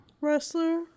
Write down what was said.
Wrestler